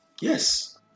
Yes